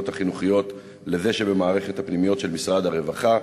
החינוכיות לזה שבמערכת הפנימיות של משרד הרווחה?